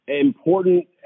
important